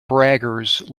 braggers